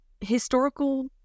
historical